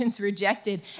rejected